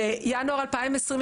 בינואר 2022,